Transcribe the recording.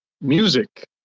music